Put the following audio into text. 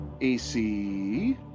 AC